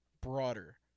broader